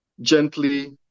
gently